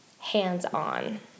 hands-on